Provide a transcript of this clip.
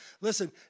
Listen